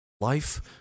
life